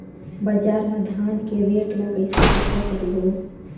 बजार मा धान के रेट ला कइसे पता करबो?